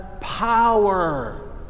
power